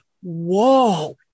whoa